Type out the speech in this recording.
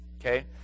Okay